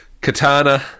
Katana